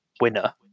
winner